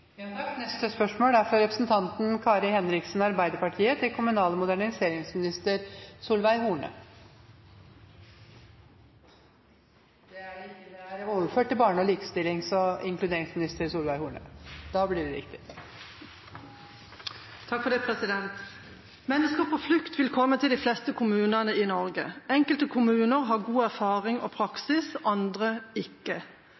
fra representanten Kari Henriksen til kommunal- og moderniseringsministeren, er overført til barne-, likestillings- og inkluderingsministeren som rette vedkommende. «Mennesker på flukt vil komme til de fleste kommunene i Norge. Enkelte kommuner har god erfaring og praksis, andre ikke.